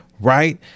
right